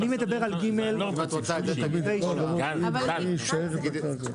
אני לא יכול לסלק אותם מהעניין הזה.